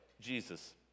Jesus